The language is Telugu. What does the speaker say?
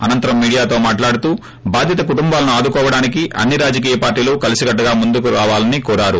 అనంతరం మీడియాతో మాట్లాడుతూ బాధిత కుటుంబాలను ఆదుకోవడానికి అన్ని రాజకీయ పార్లీలు కలిసి కట్లుగా ముందుకు రావాలని కోరారు